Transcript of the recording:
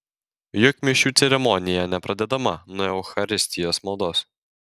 juk mišių ceremonija nepradedama nuo eucharistijos maldos